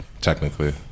technically